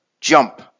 jump